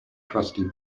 crusty